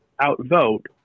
outvote